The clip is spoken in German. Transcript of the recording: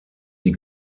die